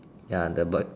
ya the but